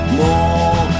more